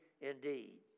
indeed